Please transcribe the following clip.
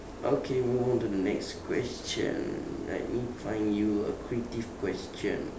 okay move on to the next question let me find you a creative question